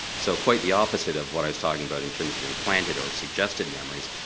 so quite the opposite of what i was talking about in terms of implanted or suggested memories.